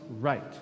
right